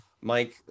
Mike